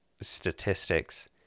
statistics